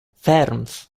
ferms